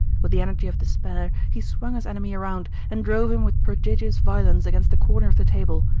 with the energy of despair he swung his enemy around and drove him with prodigious violence against the corner of the table.